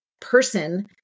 person